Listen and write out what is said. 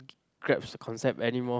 grasp the concept anymore